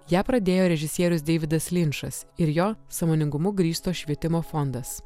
ją pradėjo režisierius deividas linčas ir jo sąmoningumu grįsto švietimo fondas